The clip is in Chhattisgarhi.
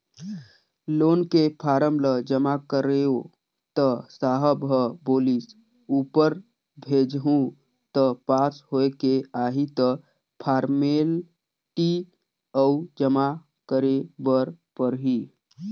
लोन के फारम ल जमा करेंव त साहब ह बोलिस ऊपर भेजहूँ त पास होयके आही त फारमेलटी अउ जमा करे बर परही